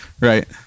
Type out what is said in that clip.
Right